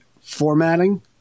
formatting